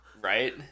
right